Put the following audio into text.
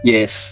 Yes